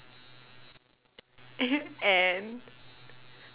and